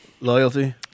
Loyalty